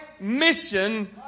mission